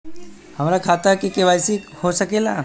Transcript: हमार खाता में के.वाइ.सी हो सकेला?